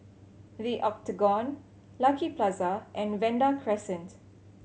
The Octagon Lucky Plaza and Vanda Crescent